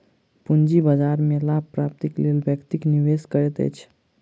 पूंजी बाजार में लाभ प्राप्तिक लेल व्यक्ति निवेश करैत अछि